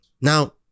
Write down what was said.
Now